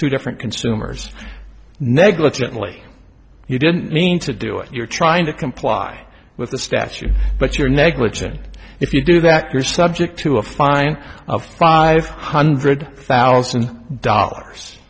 to different consumers negligently you didn't mean to do it you're trying to comply with the statue but you're negligent if you do that you're subject to a fine of five hundred thousand dollars